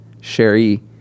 Sherry